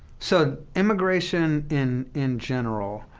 so immigration in in general,